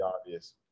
obvious